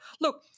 look